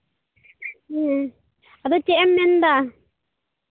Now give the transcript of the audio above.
ᱟᱫᱚ ᱪᱮᱫ ᱮᱢ ᱢᱮᱱᱫᱟ